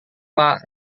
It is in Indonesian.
pak